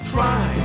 Try